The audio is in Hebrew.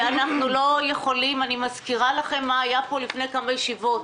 אני מזכירה לכם מה היה פה לפני כמה ישיבות,